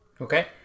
okay